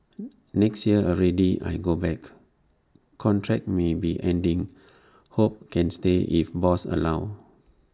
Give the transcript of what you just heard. next year already I got back contract maybe ending hope can stay if boss allow